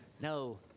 No